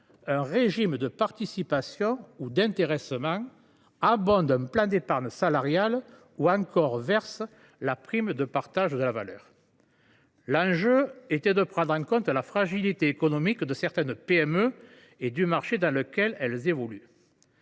un régime de participation ou d’intéressement, abondent un plan d’épargne salariale ou encore versent la prime de partage de la valeur. L’enjeu était de prendre en compte la fragilité économique de certaines PME et du marché dans lequel elles évoluent.